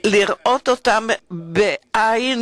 ההתמודדות עם חילוקי הדעות,